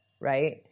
right